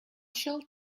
shall